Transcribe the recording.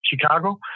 Chicago